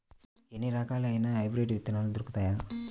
ఎన్ని రకాలయిన హైబ్రిడ్ విత్తనాలు దొరుకుతాయి?